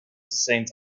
saint